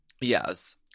Yes